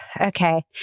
Okay